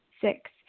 Six